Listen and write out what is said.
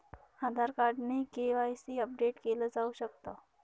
आधार card ने KYC update केल जाऊ शकत